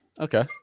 Okay